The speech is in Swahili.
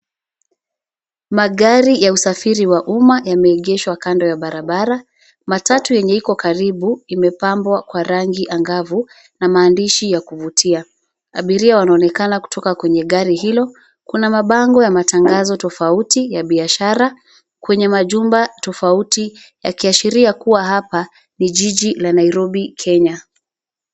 Magari wa usafiri wa umma yameegeshwa kando ya barabara. Matatu yenye iko karibu imepambwa kwa rangi angavu na maandishi ya kuvutia. Abiria wanaonekana kutoka kwenye gari hilo. Kuna mabango ya matangazo tofauti ya biashara kwenye majumba tofauti; yakiashiria kuwa hapa ni jiji la Nairobi, Kenya.